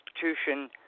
Constitution